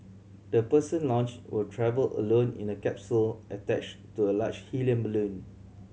the person launched will travel alone in a capsule attached to a large helium balloon